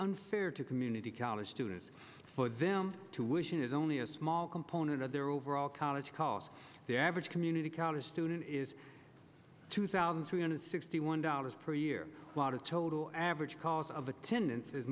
unfair to community college students for them to wish it is only a small component of their overall college costs the average community college student is two thousand two hundred sixty one dollars per year a lot of total average cost of attendance is